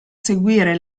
seguire